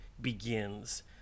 begins